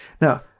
Now